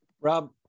Rob